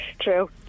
True